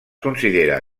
considera